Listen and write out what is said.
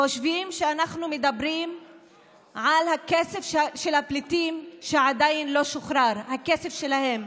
חושבים שאנחנו מדברים על הכסף של הפליטים שעדיין לא שוחרר הכסף שלהם,